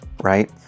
Right